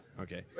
Okay